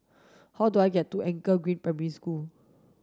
how do I get to Anchor Green Primary School